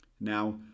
Now